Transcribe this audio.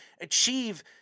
achieve